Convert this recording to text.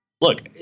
Look